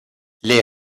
les